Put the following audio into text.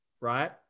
right